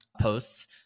posts